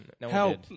help